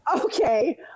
Okay